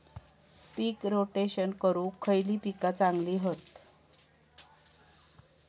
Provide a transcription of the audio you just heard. पीक rotation करूक खयली पीका चांगली हत?